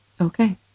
Okay